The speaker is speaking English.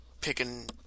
picking